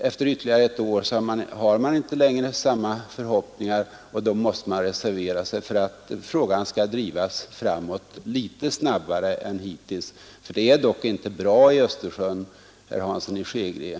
Efter ytterligare ett år hade jag inte längre samma förhoppningar, och då måste vi reservera oss för att frågorna skall drivas framåt litet snabbare än hittills. Förhållandena är dock inte bra i Östersjön, herr Hansson i Skegrie.